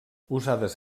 usades